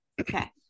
Okay